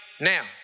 now